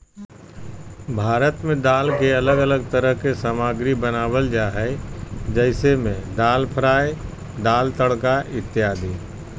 भारत में दाल के अलग अलग तरह के सामग्री बनावल जा हइ जैसे में दाल फ्राई, दाल तड़का इत्यादि